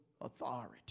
authority